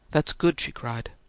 that's good! she cried.